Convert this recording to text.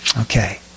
Okay